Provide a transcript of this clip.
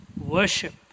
Worship